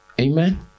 Amen